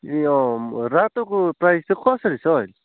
ए रातोको प्राइज चाहिँ कसरी छ हो अहिले